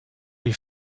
wie